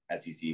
SEC